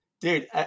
dude